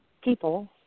people